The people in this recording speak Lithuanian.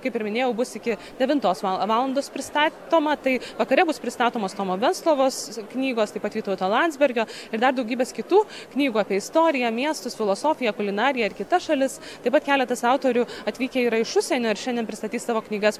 kaip ir minėjau bus iki devintos vala valandos pristatoma tai vakare bus pristatomos tomo venclovos knygos taip pat vytauto landsbergio ir dar daugybės kitų knygų apie istoriją miestus filosofiją kulinariją ir kitas šalis taip pat keletas autorių atvykę yra iš užsienio ir šiandien pristatys savo knygas